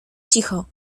cicho